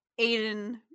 Aiden